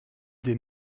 des